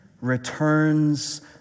returns